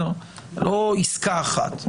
לא עסקה אחת.